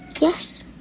Yes